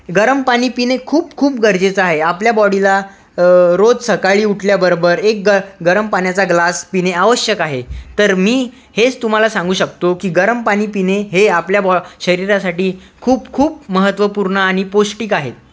गरम पाणी पिणे खूप खूप गरजेचं आहे आपल्या बॉडीला रोज सकाळी उठल्याबरोबर एक गर गरम पाण्याचा ग्लास पिणे आवश्यक आहे तर मी हेच तुम्हाला सांगू शकतो की गरम पाणी पिणे हे आपल्या बॉ शरीरासाठी खूप खूप महत्त्वपूर्ण आणि पौष्टिक आहे